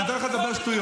הוא נתן לך לדבר שטויות,